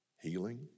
Healing